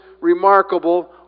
remarkable